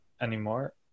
anymore